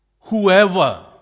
Whoever